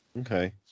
Okay